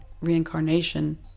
reincarnation